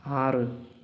ആറ്